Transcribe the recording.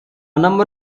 number